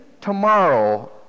tomorrow